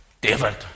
David